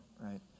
Right